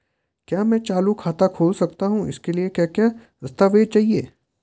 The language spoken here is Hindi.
क्या मैं चालू खाता खोल सकता हूँ इसके लिए क्या क्या दस्तावेज़ चाहिए?